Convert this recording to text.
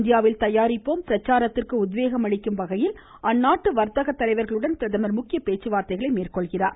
இந்தியாவில் தயாரிப்போம் பிரச்சாரத்திற்கு உத்வேகம் அளிக்கும் வகையில் அந்நாட்டு வா்த்தக தலைவா்களுடனும் பிரதமர் முக்கிய பேச்சுவாா்த்தைகளை மேற்கொள்கிறார்